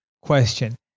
question